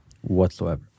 whatsoever